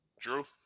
Drew